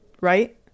right